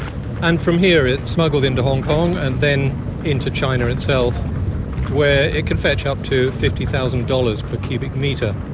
and from here it is smuggled into hong kong and then into china itself where it can fetch up to fifty thousand dollars per cubic metre.